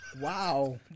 Wow